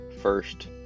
first